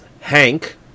Hank